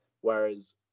Whereas